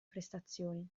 prestazioni